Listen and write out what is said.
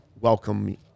welcome